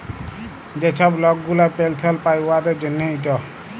যে ছব লক গুলা পেলসল পায় উয়াদের জ্যনহে ইট